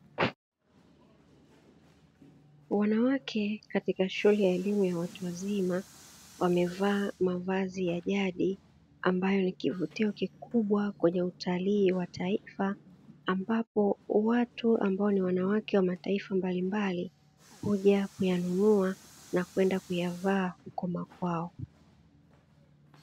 Wanawake katika shule ya elimu ya watu wazima, wamevaa mavazi ya jadi ambayo ni kivutio kikubwa kwenye utalii wa taifa, ambapo watu ambao ni wanawake wa mataifa mbalimbali, huja kuyanunua na kwenda kuyavaa huko makwao.